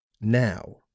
Now